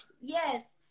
yes